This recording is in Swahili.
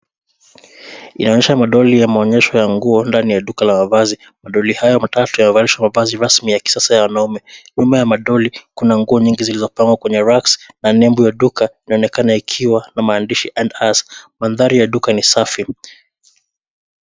Inaonyesha madoli ya maonyesho ya nguo ndani ya duka la mavazi. Madoli hayo matatu yamevalishwa mavazi rasmi ya kisasa ya wanaume. Nyuma ya madoli, kuna nguo nyingi zilizopangwa kwenye racks na nembo ya duka inaonekana ikiwa na maandishi En Us . Mandhari ya duka ni safi.